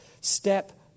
step